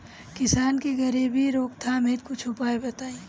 किसान के गरीबी रोकथाम हेतु कुछ उपाय बताई?